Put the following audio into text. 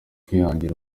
kwihangira